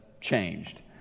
changed